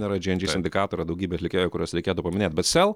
nėra džy en džy sindikato yra daugybė atlikėjų kuriuos reikėtų paminėt bet sel